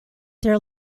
their